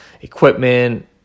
equipment